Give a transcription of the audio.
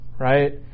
Right